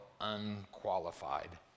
unqualified